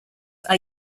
are